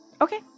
Okay